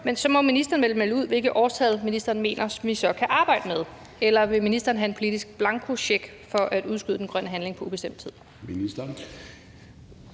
forstå, må ministeren vel melde ud, hvilket årstal ministeren mener vi så kan arbejde med. Eller vil ministeren have en politisk blankocheck til at udskyde den grønne handling på ubestemt tid?